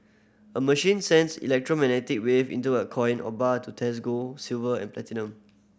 a machine sends electromagnetic wave into a coin or bar to test gold silver and platinum